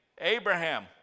Abraham